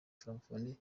francophonie